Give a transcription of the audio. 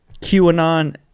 QAnon